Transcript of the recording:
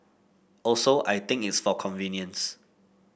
also I think it's for convenience